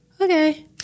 okay